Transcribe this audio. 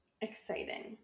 exciting